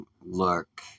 look